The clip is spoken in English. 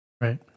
Right